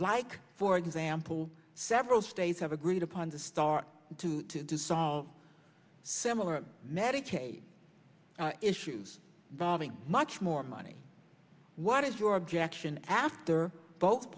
like for example several states have agreed upon the start to solve similar medicaid issues involving much more money what is your objection after both